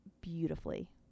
beautifully